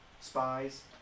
Spies